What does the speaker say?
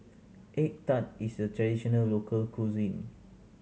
egg tart is a traditional local cuisine